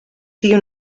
sigui